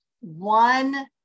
one